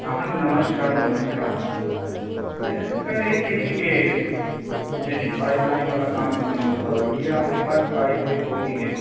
आहन नमस्कार नमस्कार यह कह रहे थे कि यह जैसे पाइपलाइन वाला काम है प्लम्बर वाला यह आपके पास पाइप वूइप होंगे क्या